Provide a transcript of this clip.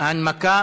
הנמקה